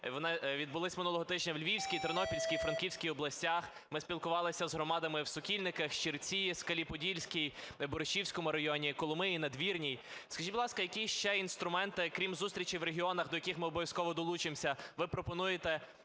вони відбулись минулого тижня у Львівській, Тернопільській і Івано-Франківській областях. Ми спілкувалися з громадами в Сокільниках, в Щирці, в Скалі-Подільській в Борщівському районі, Коломиї, Надвірній. Скажіть, будь ласка, які ще інструменти, крім зустрічей в регіонах, до яких ми обов'язково долучимось, ви пропонуєте,